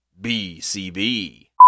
BCB